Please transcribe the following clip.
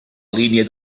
línia